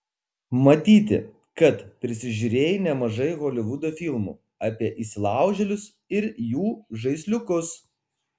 matyti kad prisižiūrėjai nemažai holivudo filmų apie įsilaužėlius ir jų žaisliukus